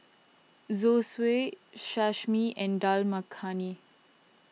Zosui Sashimi and Dal Makhani